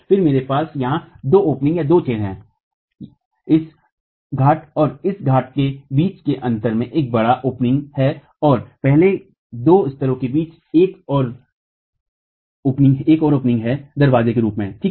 फिर मेरे पास यहां दो छेद हैं इस घाट और इस घाट के बीच के अंत में एक बड़ा छेद है और पहले दो स्तरों के बीच एक और छेद है दरवाजा के रूप में ठीक है